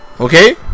Okay